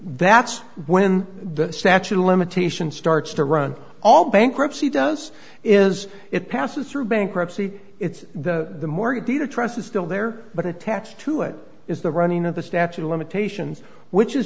that's when the statute of limitations starts to run all bankruptcy does is it passes through bankruptcy it's the mortgage the the trust is still there but attached to it is the running of the statute of limitations which is